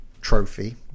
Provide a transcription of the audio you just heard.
trophy